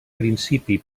principi